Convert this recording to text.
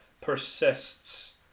persists